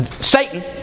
Satan